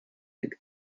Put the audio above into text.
big